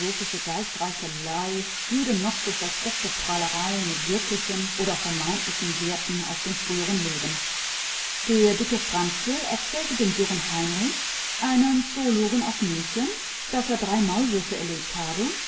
geistreichelei jede auch noch so versteckte prahlerei mit wirklichen oder vermeintlichen werten aus dem früheren leben der dicke franzel erzählte dem dürren heinrich einem zoologen aus münchen daß er drei maulwürfe erlegt habe